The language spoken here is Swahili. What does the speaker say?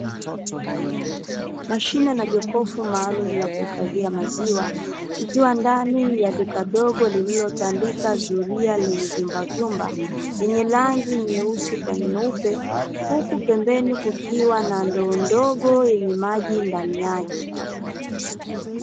Mashine na jokofu maalum la kuhifadhia maziwa, likiwa ndani ya duka dogo lililotandika zulia lenye vyumba vyumba lenye rangi nyeusi kwa nyeupe, Huku pembeni kukiwa na ndoo ndogo yenye maji ndani yake.